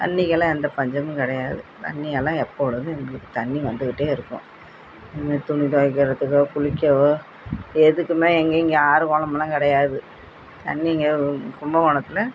தண்ணிக்கெல்லாம் எந்த பஞ்சமும் கிடையாது தண்ணியெல்லாம் எப்பொழுதும் எங்களுக்கு தண்ணி வந்துக்கிட்டே இருக்கும் இந்த துணி துவைக்கிறதுக்கோ குளிக்கவோ எதுக்கும் எங்கேயும் இங்கே ஆறு குளம்லாம் கிடையாது தண்ணி இங்கே கும்பகோணத்தில்